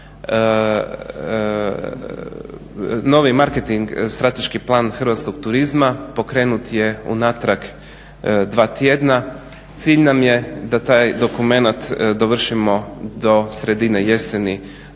novi marketing, strateški plan hrvatskog turizma pokrenut je unatrag dva tjedna. Cilj nam je da taj dokumenat dovršimo do sredine jeseni